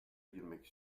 girmek